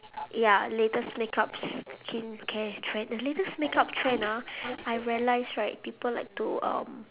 ya latest makeup skincare trend the latest makeup trend ah I realise right people like to um